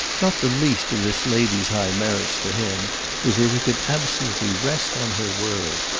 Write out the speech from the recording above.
not the least of this lady's high merits for him was that he could absolutely rest on her word.